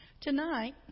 Tonight